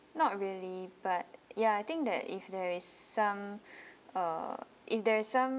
not really but ya I think that if there is some uh if there's some